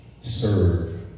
Serve